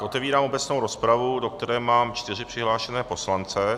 Otevírám obecnou rozpravu, do které mám čtyři přihlášené poslance.